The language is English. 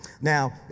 Now